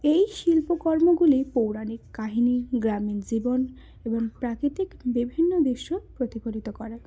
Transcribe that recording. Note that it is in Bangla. এই শিল্পকর্মগুলি পৌরাণিক কাহিনি গ্রামীণ জীবন এবং প্রাকৃতিক বিভিন্ন দৃশ্য প্রতিফলিত করে